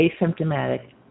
asymptomatic